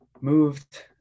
moved